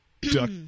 duck